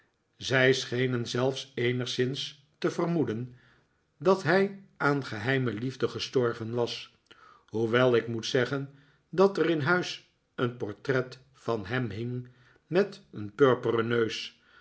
zij schenen zelfs eenigszins te vermoeden dat hij aan geheime liefde gestorven was hoewel ik moet zeggen dat er in huis een portret van hem hing met een purperen neus